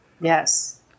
Yes